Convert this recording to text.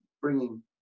bringing